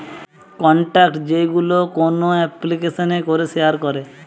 contact যেইগুলো কোন এপ্লিকেশানে করে শেয়ার করে